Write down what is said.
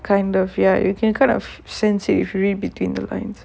kind of ya you can kind of since if you read between the lines